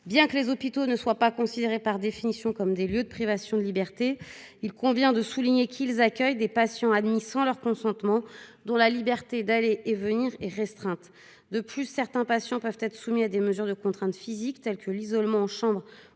Bien que les hôpitaux ne soient pas considérés, par définition, comme des lieux de privation de liberté, ils accueillent des patients qui y sont admis sans leur consentement et dont la liberté d'aller et venir est restreinte. En outre, certains patients peuvent être soumis à des mesures de contrainte physique, telles que l'isolement en chambre